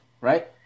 right